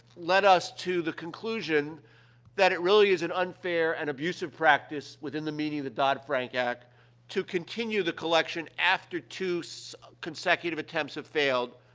led us to the conclusion that it really is an unfair and abusive practice within the meaning of the dodd-frank act to continue the collection after two so consecutive attempts have failed,